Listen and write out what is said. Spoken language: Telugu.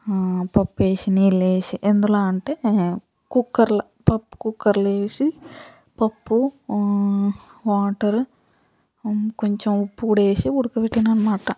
పప్పేసి నీళ్ళేసి ఎందులో అంటే కుక్కర్లో పప్పు కుక్కర్లో వేసి పప్పు వాటర్ కొంచెం ఉప్పు కూడా వేసి ఉడకబెట్టినా అనమాట